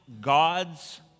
God's